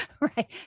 Right